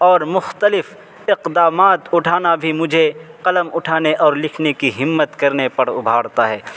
اور مختلف اقدامات اٹھانا بھی مجھے قلم اٹھانے اور لکھنے کی ہمت کرنے پر ابھارتا ہے